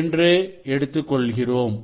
என்று எடுத்துக் கொள்கிறோம்